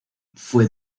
fue